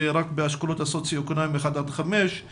זה רק באשכולות הסוציו-אקונומיים 1 עד 5,